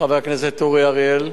חבר הכנסת אורי אריאל,